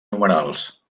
numerals